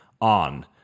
on